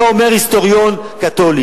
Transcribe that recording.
את זה אומר היסטוריון קתולי.